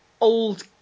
old